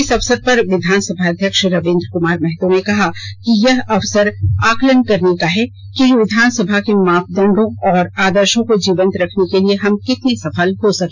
इस अवसर पर विधानसभा अध्यक्ष रवीन्द्र कुमार महतो ने कहा कि यह अवसर है आकलन करने का कि विधानसभा के मापदंडों और आदर्शो को जीवंत रखने में हम कितने सफल हो सके